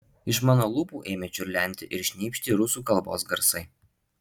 iš mano lūpų ėmė čiurlenti ir šnypšti rusų kalbos garsai